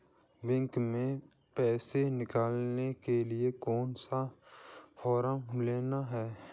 Bank में पैसा निकालने के लिए कौन सा फॉर्म लेना है?